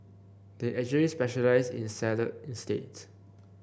they actually specialise in salad instead